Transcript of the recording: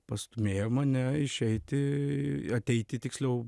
pastūmėjo mane išeiti ateiti tiksliau